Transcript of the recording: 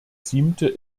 siebte